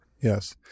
Yes